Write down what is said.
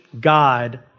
God